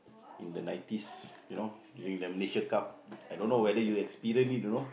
in the nineties you know during the Malaysia-Cup I don't know whether you experience it you know